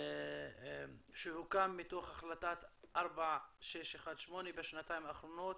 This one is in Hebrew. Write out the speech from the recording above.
שהוקם מתוך החלטה 4618 בשנתיים האחרונות